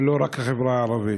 ולא רק את החברה הערבית.